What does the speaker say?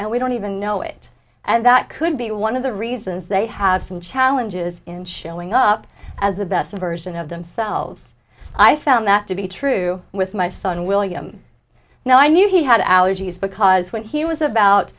and we don't even know it and that could be one of the reasons they have some challenges in showing up as the best version of themselves i found that to be true with my son william now i knew he had allergies because when he was about